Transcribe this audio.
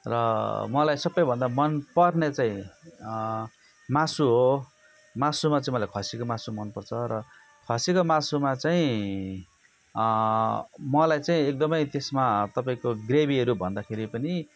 र मलाई सबभन्दा मन पर्ने चाहिँ मासु हो मासुमा चाहिँ मलाई खसीको मासु मन पर्छ र खसीको मासुमा चाहिँ मलाई चाहिँ एकदम त्यसमा तपाईँको ग्रेभीहरू भन्दाखेरि पनि